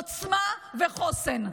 עוצמה וחוסן.